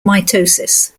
mitosis